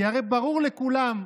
כי הרי ברור לכולם,